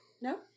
no